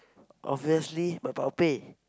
obviously my babies